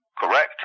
Correct